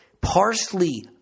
parsley